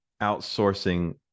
outsourcing